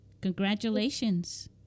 congratulations